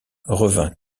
revint